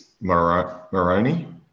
Moroni